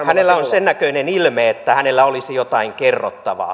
hänellä on sen näköinen ilme että hänellä olisi jotain kerrottavaa